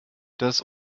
das